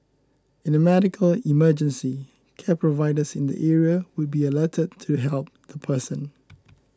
in a medical emergency care providers in the area would be alerted to help the person